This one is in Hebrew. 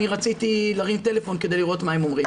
אני רציתי להרים טלפון כדי לראות מה הם אומרים.